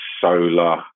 solar